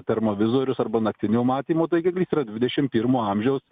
termovizorius arba naktinio matymo taikiklis yra dvidešimt pirmo amžiaus